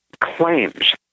claims